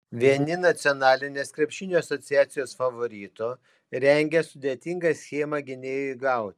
vieni nacionalinės krepšinio asociacijos favoritų rengia sudėtingą schemą gynėjui gauti